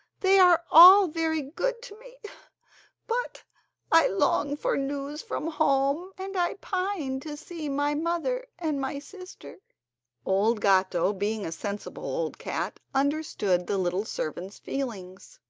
they are all very good to me but i long for news from home, and i pine to see my mother and my sister old gatto, being a sensible old cat, understood the little servant's feelings.